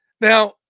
Now